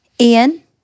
Ian